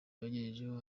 yabagejejeho